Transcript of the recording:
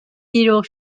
beetle